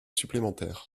supplémentaire